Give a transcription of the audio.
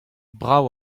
brav